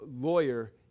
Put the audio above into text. lawyer